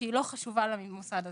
כאשר היא לא חשובה למוסד הזה.